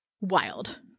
Wild